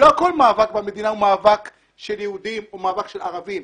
לא כל מאבק במדינה הוא מאבק של יהודים או מאבק של ערבים.